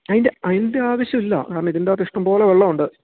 അതിൻ്റെ അതിൻ്റെ ആവശ്യം ഇല്ല കാരണം ഇതിൻറകത്ത് ഇഷ്ടംപോലെ വെള്ളം ഉണ്ട്